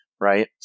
right